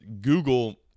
Google